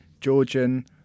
Georgian